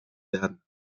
werden